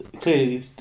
clearly